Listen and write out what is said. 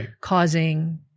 causing